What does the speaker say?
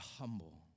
humble